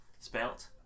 Spelt